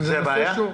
זאת בעיה?